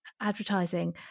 advertising